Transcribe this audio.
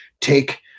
take